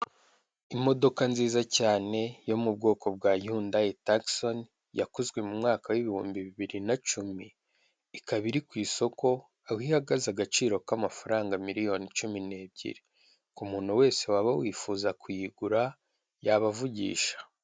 Imodoka nziza cyane yo mu bwoko bwa yundayi taksoni yakozwe mu mwaka w'ibihumbi bibiri na cumi ikaba iri ku isoko aho ihagaze agaciro k'amafaranga miliyoni cumi nebyiri ku muntu wese waba wifuza kuyigura yabavugisha.